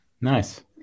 Nice